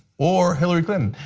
or hillary clinton.